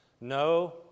No